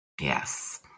Yes